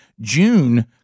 June